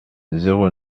zéro